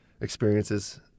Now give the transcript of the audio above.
experiences